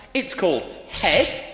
it's called head,